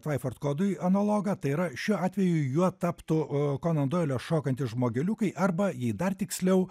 tvaiford kodui analogą tai yra šiuo atveju juo taptų o konandoilio šokantys žmogeliukai arba į dar tiksliau